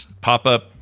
pop-up